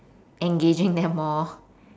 engaging them more